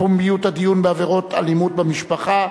פומביות הדיון בעבירות אלימות במשפחה),